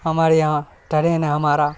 ہمارے یہاں ٹرین ہے ہمارا